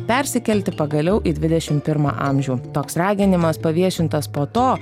persikelti pagaliau į dvidešim pirmą amžių toks raginimas paviešintas po to